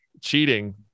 cheating